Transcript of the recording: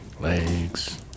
legs